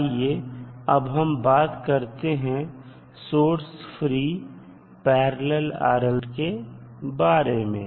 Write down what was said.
आइए अब हम बात करते हैं source free parallel RLC circuit के बारे में